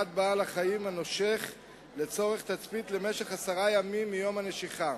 בעל-החיים הנושך לצורך תצפית למשך עשרה ימים מיום הנשיכה.